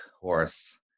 horse